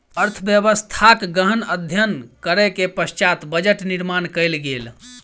अर्थव्यवस्थाक गहन अध्ययन करै के पश्चात बजट निर्माण कयल गेल